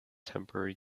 temporary